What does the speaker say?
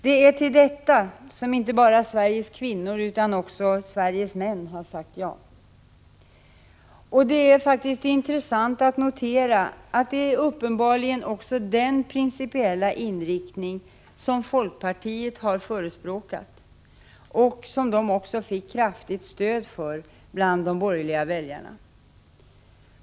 Det är till detta som inte bara Sveriges kvinnor utan också Sveriges män sagt ja. Det är faktiskt intressant att notera att det uppenbarligen också är den principiella inriktning som folkpartiet förespråkat och som partiet fick kraftigt stöd för bland de borgerliga väljarna.